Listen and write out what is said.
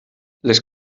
les